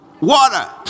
Water